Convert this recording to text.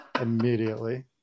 immediately